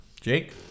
Jake